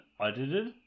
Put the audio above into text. edited